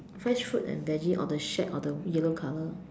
the fresh fruit and veggies or the shed or the yellow color